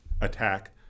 attack